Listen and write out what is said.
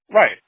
Right